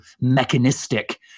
mechanistic